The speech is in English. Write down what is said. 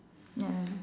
no